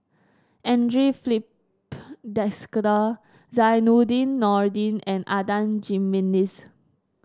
Andre Filipe Desker Zainudin Nordin and Adan Jimenez